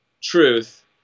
truth